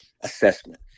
assessment